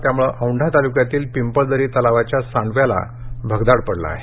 यामुळे औंढा तालुक्यातील पिंपळदरी तलावाच्या सांडव्याला भगदाड पडलं आहे